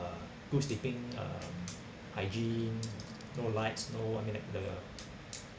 uh good sleeping um hygiene no lights no I mean like the